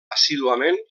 assíduament